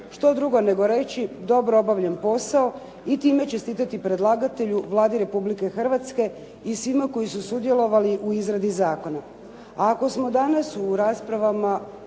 što drugo nego reći dobro obavljen posao i time čestitati predlagatelju Vladi Republike Hrvatske i svima koji su sudjelovali u izradi zakona. A ako smo danas u raspravama